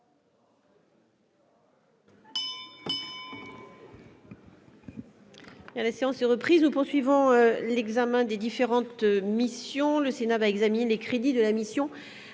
la séance est reprise nous poursuivons l'examen des différentes missions : le Sénat va examiner les crédits de la mission